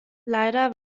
leider